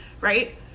right